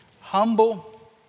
humble